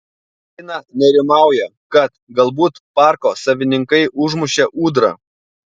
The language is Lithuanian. rina nerimauja kad galbūt parko savininkai užmušė ūdrą